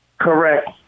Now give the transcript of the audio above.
Correct